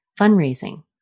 fundraising